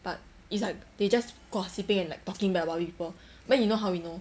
but it's like they just gossiping and like talking bad about other people but then you know how we know